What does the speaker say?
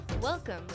Welcome